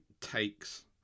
takes